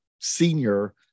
senior